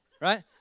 right